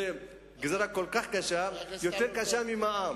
זאת גזירה כל כך קשה, יותר קשה ממע"מ.